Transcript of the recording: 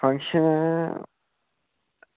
function